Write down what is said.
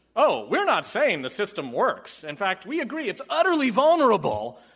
oh, we're not saying the system works. in fact, we agree it's utterly vulnerable.